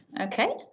Okay